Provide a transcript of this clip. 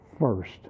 first